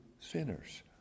sinners